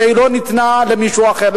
שלא ניתנה למישהו אחר.